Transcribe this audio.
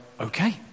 okay